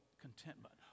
contentment